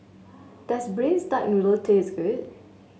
does Braised Duck Noodle taste good